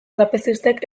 trapezistek